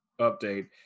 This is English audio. update